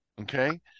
Okay